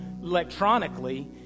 electronically